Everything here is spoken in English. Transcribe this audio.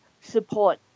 support